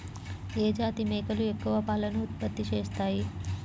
ఏ జాతి మేకలు ఎక్కువ పాలను ఉత్పత్తి చేస్తాయి?